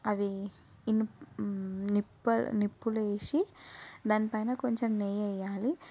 అవి నిప్పులు వేసి దానిపైన కొంచెం నెయ్యి వేయాలి